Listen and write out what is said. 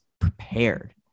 prepared